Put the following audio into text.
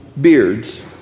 beards